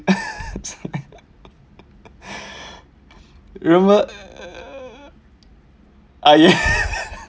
remember